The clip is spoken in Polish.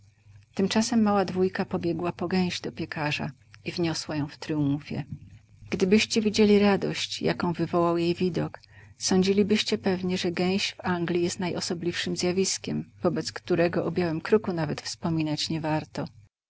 tymczasem mała dwójka pobiegła po gęś do piekarza i wniosła ją w tryumfie gdybyście widzieli radość jaką wywołał jej widok sądzilibyście pewnie że gęś w anglji jest najosobliwszem zjawiskiem wobec którego o białym kruku nawet wspominać nie warto